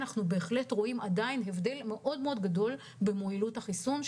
אנחנו בהחלט רואים עדיין הבדל מאוד מאוד גדול במועילות החיסון,